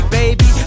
baby